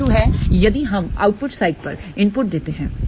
S12 है यदि हम आउटपुट साइड पर इनपुट देते हैं